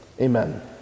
Amen